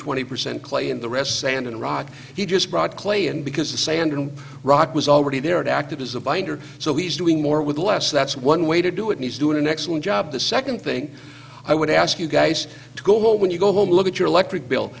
twenty percent clay and the rest sand and rock he just brought clay and because the sand and rock was already there it acted as a binder so he's doing more with less that's one way to do it needs doing an excellent job the second thing i would ask you guys to go when you go home look at your electric bill